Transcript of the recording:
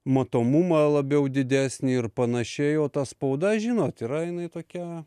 matomumą labiau didesnį ir panašiai o ta spauda žinot yra jinai tokia